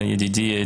ידידי,